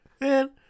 man